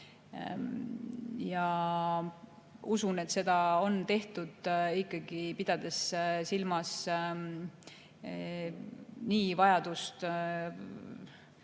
Ma usun, et seda on tehtud ikkagi, pidades silmas vajadust